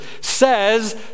says